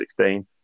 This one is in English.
2016